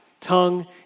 tongue